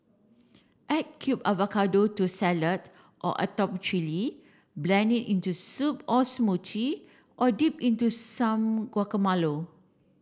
add cubed avocado to salad or atop chilli blend it into soup or smoothy or dip into some guacamole